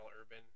Urban